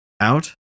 out